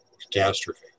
catastrophe